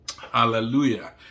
Hallelujah